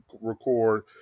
record